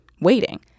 Waiting